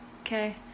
okay